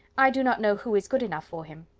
i do not know who is good enough for him.